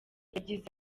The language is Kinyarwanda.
yagize